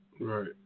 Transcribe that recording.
Right